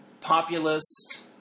populist